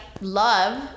love